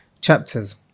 chapters